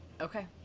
Okay